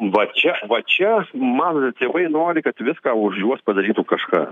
va čia va čia matote tėvai nori kad viską už juos padarytų kažką